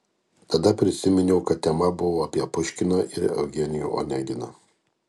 tada prisiminiau kad tema buvo apie puškiną ir eugenijų oneginą